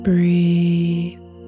Breathe